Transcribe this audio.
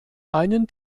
einen